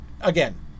again